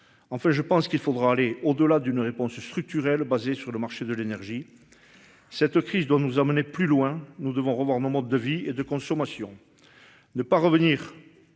enfin je pense qu'il faudra aller au-delà d'une réponse structurelle, basée sur le marché de l'énergie. Cette crise dont nous emmenaient plus loin nous devons revoir nos modes de vie et de consommation. Ne pas revenir.